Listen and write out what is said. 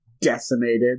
decimated